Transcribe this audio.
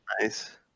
Nice